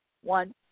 One